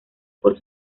por